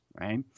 right